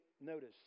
notice